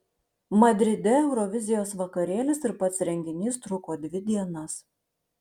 madride eurovizijos vakarėlis ir pats renginys truko dvi dienas